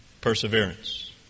perseverance